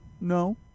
no